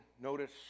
notice